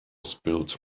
spilled